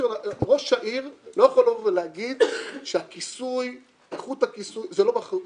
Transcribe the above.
ראש העיר לא יכול לבוא ולהגיד שהכיסוי ואיכות הכיסוי זה לא באחריותו,